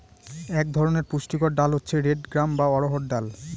এক ধরনের পুষ্টিকর ডাল হচ্ছে রেড গ্রাম বা অড়হর ডাল